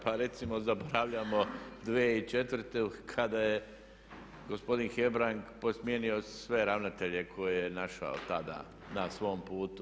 Pa recimo zaboravljamo 2004. kada je gospodin Hebrang posmijenio sve ravnatelje koje je našao tada na svom putu.